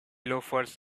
loafers